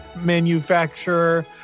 manufacturer